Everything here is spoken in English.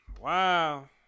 wow